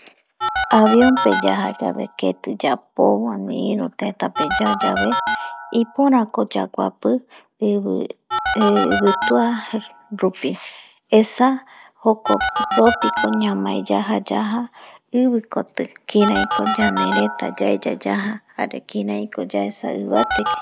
Avion pe yaja yabe keti yapou ani iru teta koti pe yaja yave, ipora ko yaguapi ivituarupi esa jokoropi ko ñamae yajayaja ibikoti kiraiko yandereta yaeya yaja jare kirai ko yaesa ibatewi